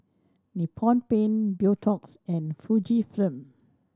Nippon Paint Beautex and Fujifilm